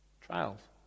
Trials